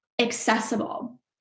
accessible